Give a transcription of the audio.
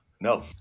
No